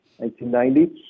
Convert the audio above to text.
1990